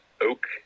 Oak